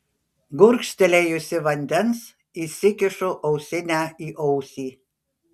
gurkštelėjusi vandens įsikišu ausinę į ausį